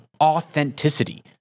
authenticity